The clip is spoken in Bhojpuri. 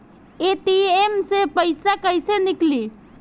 ए.टी.एम से पइसा कइसे निकली?